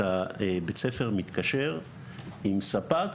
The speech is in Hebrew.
בית ספר מתקשר עם ספק